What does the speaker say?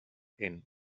inn